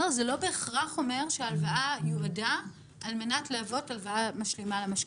זה לא אומר בהכרח שההלוואה יועדה להוות הלוואה משלימה למשכנתה.